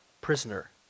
prisoner